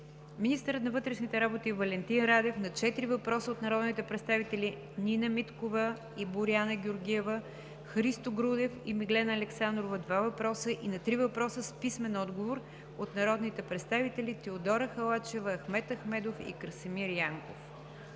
министърът на вътрешните работи Валентин Радев – на четири въпроса от народните представители Нина Миткова, Боряна Георгиева, Христо Грудев и Миглена Александрова (два въпроса) и на три въпроса с писмен отговор от народните представители Теодора Халачева, Ахмед Ахмедов и Красимир Янков;